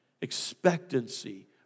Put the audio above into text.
expectancy